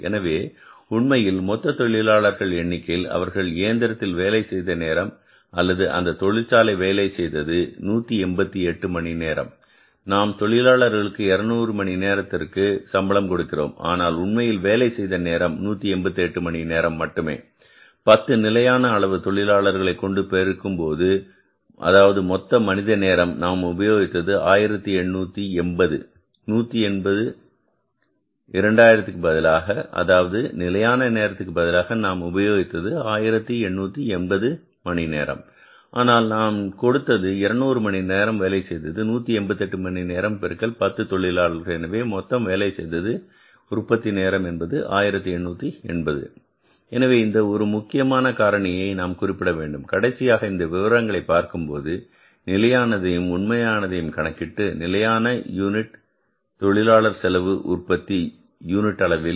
எனவே உண்மையில் மொத்த தொழிலாளர்கள் எண்ணிக்கையில் அவர்கள் இயந்திரத்தில் வேலை செய்த நேரம் அல்லது அந்தத் தொழிற்சாலை வேலை செய்தது 188 மணி நேரம் நாம் தொழிலாளர்களுக்கு 200 மணி நேரத்திற்கு சம்பளம் கொடுத்திருக்கிறோம் ஆனால் உண்மையில் வேலை செய்த நேரம் 188 மணி நேரம் மட்டுமே 10 நிலையான அளவு தொழிலாளர்களை கொண்டு பெருக்கும்போது அதாவது மொத்த மனித நேரம் நாம் உபயோகித்தது 1880 180 இரண்டாயிரத்துக்கு பதிலாக அதாவது நிலையான நேரத்திற்கு பதிலாக நாம் உபயோகித்தது 1880 மணி நேரம் ஆனால் நான் கொடுத்தது 200 மணி நேரம் வேலை செய்தது 188 மணி நேரம் பெருக்கல் 10 தொழிலாளர்கள் எனவே மொத்தம் வேலை செய்தது உற்பத்தி நேரம் என்பது 1880 எனவே இந்த ஒரு முக்கியமான காரணியை நாம் குறிப்பிட வேண்டும் கடைசியாக இந்த விவரங்களை பார்க்கும்போது நிலையானதையும் உண்மையானதையும் கணக்கிட்டு நிலையான யூனிட் தொழிலாளர் செலவு உற்பத்திக்கு யூனிட் அளவில்